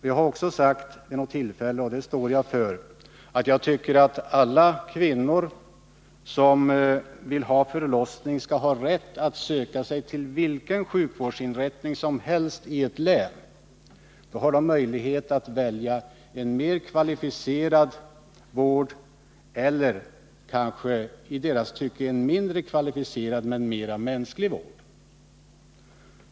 Jag har vid något tillfälle också sagt — och det står jag för — att jag tycker att alla kvinnor som vill ha förlossningsvård har rätt att söka sig till vilken sjukvårdsinrättning som helst i ett län. Då har de möjlighet att välja mellan en mer kvalificerad vård och en kanske i deras tycke mindre kvalificerad men mera mänsklig vård.